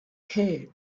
hay